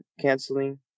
canceling